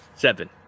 seven